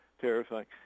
terrifying